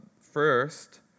first